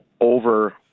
over